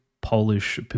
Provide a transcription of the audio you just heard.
polish